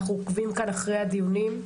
אנחנו עוקבים כאן אחרי הדיונים,